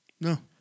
No